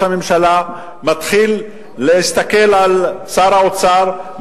מתחיל להסתכל על שר האוצר,